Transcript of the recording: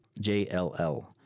JLL